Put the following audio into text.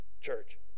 Church